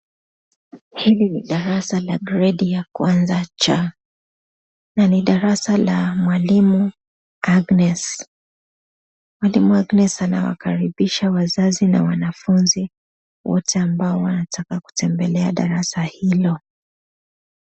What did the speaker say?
Hili no darasa la gredi ya 1C na ni darasa la mwalimu Agnes. Mwalimu Agnes anawakaribisha wazazi na wanafunzi wote ambao wanataka tutembelea darasa hilo.